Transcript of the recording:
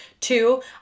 Two